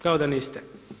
Kao da niste.